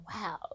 wow